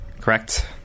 Correct